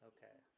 Okay